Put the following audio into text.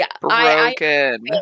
Broken